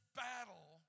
battle